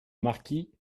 marquis